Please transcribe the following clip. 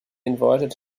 invited